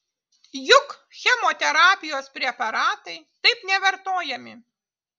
juk chemoterapijos preparatai taip nevartojami